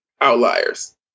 outliers